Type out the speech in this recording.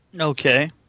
Okay